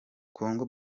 kongo